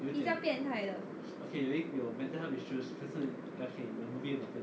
比较变态的